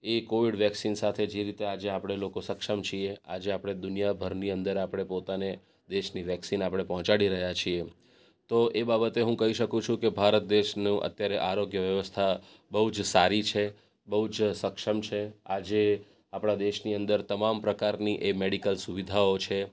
એ Covid vaccine સાથે જે રીતે આજે આપણે લોકો સક્ષમ છીએ આજે આપણે દુનિયાભરની અંદર આપણે પોતાને દેશની વેક્સિન આપણે પહોંચાડી રહ્યા છીએ તો એ બાબતે હું કહી શકું છું કે ભારત દેશનું અત્યારે આરોગ્ય વ્યવસ્થા બહુ જ સારી છે બહુ જ સક્ષમ છે આજે આપણા દેશની અંદર તમામ પ્રકારની એ મેડિકલ સુવિધાઓ છે કે